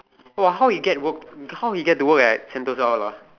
!wah! how he get work how he get to work at Sentosa all ah